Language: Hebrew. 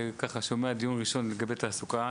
שומע דיון ראשון לגבי תעסוקה,